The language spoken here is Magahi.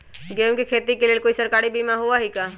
गेंहू के खेती के लेल कोइ सरकारी बीमा होईअ का?